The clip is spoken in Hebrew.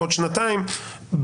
בעוד שנתיים,